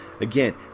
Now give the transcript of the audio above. again